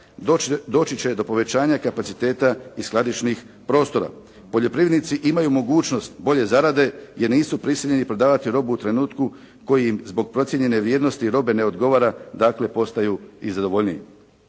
Doći će do povećanja kapaciteta i skladišnih prostora. Poljoprivrednici imaju mogućnost bolje zarade jer nisu prisiljeni prodavati robu u trenutku koji im zbog procijenjene vrijednosti robe ne odgovara, dakle postaju i zadovoljniji.